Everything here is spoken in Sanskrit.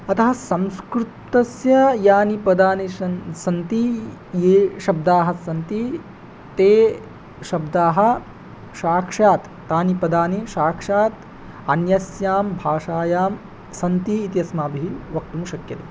अतः संस्कृतस्य यानि पदानि सन्ति ये शब्दाः सन्ति ते शब्दाः साक्षात् तानि पदानि साक्षात् अन्यस्यां भाषायां सन्तीति अस्माभिः वक्तुं शक्यते